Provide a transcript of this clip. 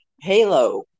Halo